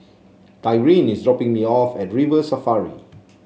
Tyrin is dropping me off at River Safari